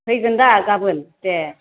फैगोन दा गाबोन दे